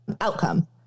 outcome